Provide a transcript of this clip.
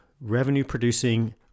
revenue-producing